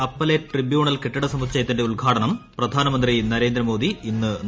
appellate tribunal കെട്ടിട സമുച്ചയത്തിന്റെ ഉദ്ഘാടനം പ്രധാനമന്ത്രി നരേന്ദ്രമോദി ഇന്ന് നിർവഹിക്കും